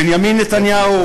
בנימין נתניהו,